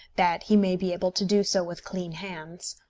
that he may be able to do so with clean hands,